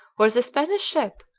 where the spanish ship,